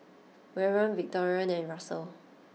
Warren Victorine and Russell